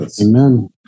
amen